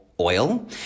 oil